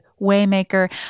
Waymaker